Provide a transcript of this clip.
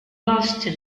boston